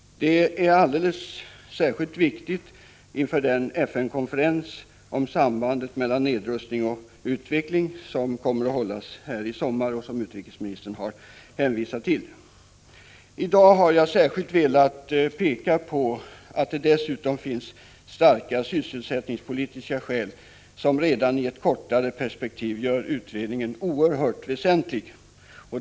Det är särskilt viktigt inför den FN-konferens om sambandet mellan nedrustning och utveckling som kommer att hållas i sommar och som utrikesministern har hänvisat till. I dag har jag speciellt velat peka på att det dessutom finns starka sysselsättningspolitiska skäl, som redan i ett kortare perspektiv gör utredningen oerhört väsentlig.